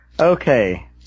Okay